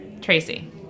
Tracy